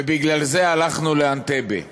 ובגלל זה הלכנו לאנטבה.